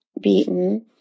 beaten